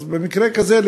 אז במקרה כזה,